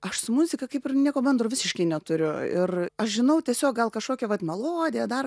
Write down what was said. aš su muzika kaip ir nieko bendro visiškai neturiu ir aš žinau tiesiog gal kažkokią vat melodiją dar